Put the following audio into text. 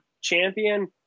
champion